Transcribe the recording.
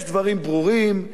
יש דברים ברורים,